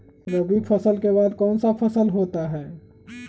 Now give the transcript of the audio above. रवि फसल के बाद कौन सा फसल होता है?